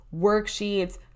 worksheets